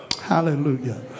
Hallelujah